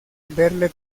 verle